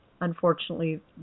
unfortunately